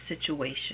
situation